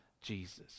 Jesus